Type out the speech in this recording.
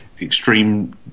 extreme